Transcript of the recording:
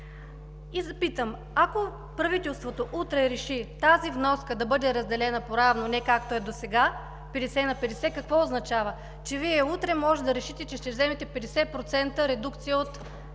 И питам: ако правителството утре реши тази вноска да бъде разделена поравно, не както е досега – петдесет на петдесет, какво означава, че Вие утре може да решите, че ще вземете 50% редукция от